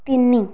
ତିନି